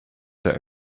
their